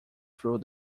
through